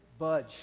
budge